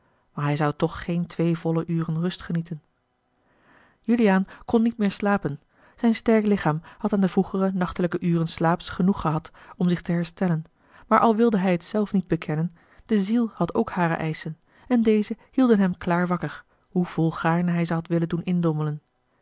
maar hij zou toch geen twee volle uren rust genieten juliaan kon niet meer slapen zijn sterk lichaam had aan de vroegere nachtelijke uren slaaps genoeg gehad om zich te herstellen maar al wilde hij het zelf niet bekennen de ziel had ook hare eischen en deze hielden hem klaar wakker hoe vola l g bosboom-toussaint de delftsche wonderdokter eel gaarne hij ze had willen doen indommelen